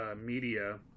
media